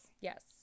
yes